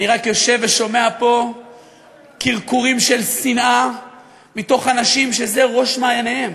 אני רק יושב ושומע פה קרקורים של שנאה מאנשים שזה בראש מעייניהם.